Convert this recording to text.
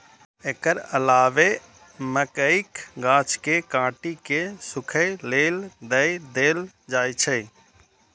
एकर अलावे मकइक गाछ कें काटि कें सूखय लेल दए देल जाइ छै